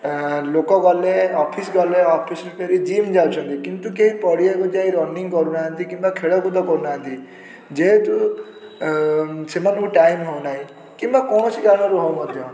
ହାଁ ଲୋକ ଗଲେ ଅଫିସ୍ ଗଲେ ଅଫିସରୁ ଫେରି ଜିମ୍ ଯାଉଛନ୍ତି କିନ୍ତୁ କେହି ପଡ଼ିଆକୁ ଯାଇକି ରନିଙ୍ଗ କରୁ ନାହାନ୍ତି କିମ୍ବା ଖେଳକୁଦ କରୁନାହାନ୍ତି ଯେହେତୁ ସେମାନଙ୍କୁ ଟାଇମ ହେଉ ନାହିଁ କିମ୍ବା କୌଣସି କାରଣରୁ ହେଉ ମଧ୍ୟ